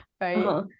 right